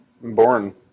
born